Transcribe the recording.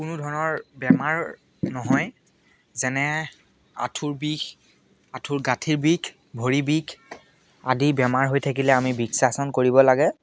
কোনোধৰণৰ বেমাৰ নহয় যেনে আঁঠুৰ বিষ আঁঠুৰ গাঁঠিৰ বিষ ভৰি বিষ আদি বেমাৰ হৈ থাকিলে আমি বৃক্ষাসন কৰিব লাগে